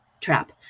trap